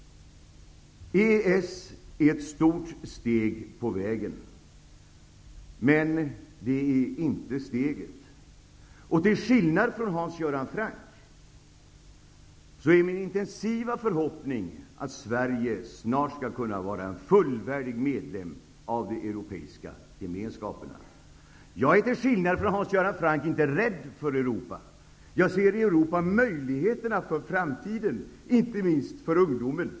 EES är ett stort steg på vägen, men det är inte steget. Till skillnad från Hans Göran Franck är det min intensiva förhoppning att Sverige snart skall vara en fullvärdig medlem av de europeiska gemenskaperna. Jag är till skillnad från Hans Göran Franck inte rädd för Europa. I Europa ser jag möjligheterna för framtiden, inte minst för ungdomen.